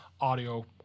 audio